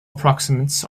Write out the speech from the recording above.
approximants